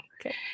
Okay